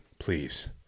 Please